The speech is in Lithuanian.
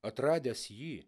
atradęs jį